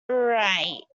right